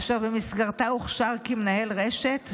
אשר במסגרתה הוכשר כמנהל רשת,